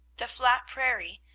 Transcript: the flat prairie,